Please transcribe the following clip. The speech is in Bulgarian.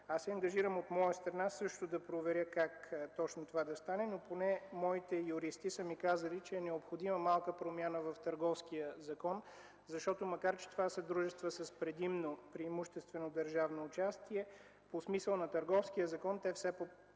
Аз се ангажирам от моя страна също да проверя как точно това да стане. Моите юристи са ми казали, че е необходима малка промяна в Търговския закон, защото, макар че това са дружества с предимно преимуществено държавно участие, по смисъла на Търговския закон те все пак попадат